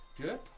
Good